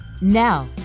Now